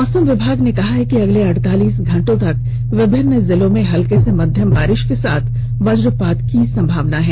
मौसम विभाग ने कहा है कि अगले अड़तालीस घंटों तक विभिन्न जिलों में हल्के से मध्यम बारिश के साथ वज्रपात की संभावना है